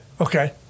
Okay